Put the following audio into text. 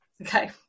Okay